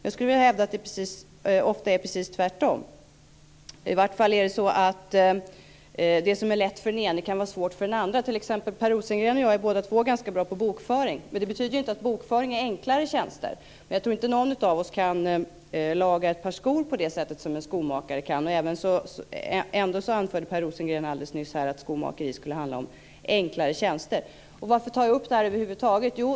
Jag skulle vilja hävda att det ofta är precis tvärtom. I varje fall är det så att det som är lätt för den ene kan vara svårt för den andre. Både Per Rosengren och jag är t.ex. ganska bra på bokföring men det betyder inte att bokföring är att hänföra till enklare tjänster. Men jag tror inte att någon av oss båda kan laga ett par skor på samma sätt som en skomakare kan göra det. Ändå anförde Per Rosengren alldeles nyss här att skomakeri skulle handla om enklare tjänster. Varför tar jag över huvud taget upp detta?